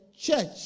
church